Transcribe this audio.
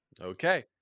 Okay